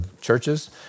churches